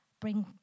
bring